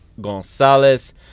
Gonzalez